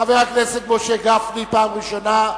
חבר הכנסת משה גפני, פעם ראשונה,